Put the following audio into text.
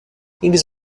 ils